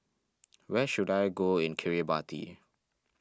where should I go in Kiribati